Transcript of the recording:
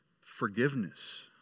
forgiveness